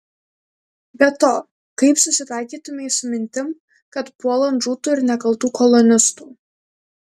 be to kaip susitaikytumei su mintim kad puolant žūtų ir nekaltų kolonistų